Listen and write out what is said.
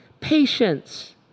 patience